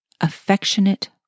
affectionate